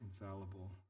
infallible